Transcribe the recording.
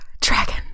Dragon